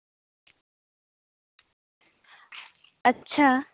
ᱟᱪᱪᱷᱟ